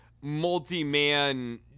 multi-man